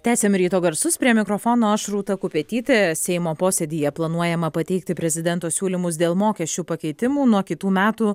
tęsiame ryto garsus prie mikrofono aš rūta kupetytė seimo posėdyje planuojama pateikti prezidento siūlymus dėl mokesčių pakeitimų nuo kitų metų